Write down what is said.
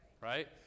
right